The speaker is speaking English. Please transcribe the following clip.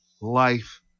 life